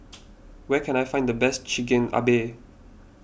where can I find the best Chigenabe